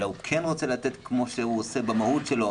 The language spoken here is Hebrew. אלא הוא כן רוצה לתת כמו שהוא עושה במהות שלו,